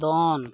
ᱫᱚᱱ